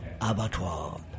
abattoir